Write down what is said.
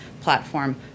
platform